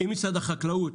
משרד החקלאות,